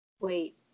wait